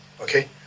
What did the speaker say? Okay